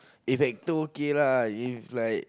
if actor okay lah if like